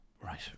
Right